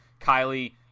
Kylie